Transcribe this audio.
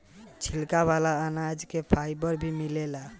छिलका वाला अनाज से फाइबर भी मिलेला